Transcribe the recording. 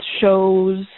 shows